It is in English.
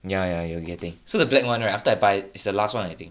ya ya you are getting so the black one right after I buy is the last one I think